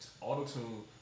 auto-tune